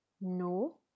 No